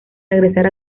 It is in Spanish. regresar